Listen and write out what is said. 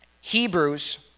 Hebrews